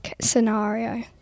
scenario